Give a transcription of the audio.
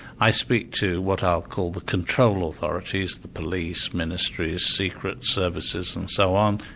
i speak to what i'll call the control authorities the police, ministries, secret services and so on,